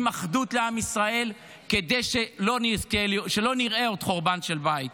אחדות לעם ישראל כדי שלא נראה עוד חורבן של בית.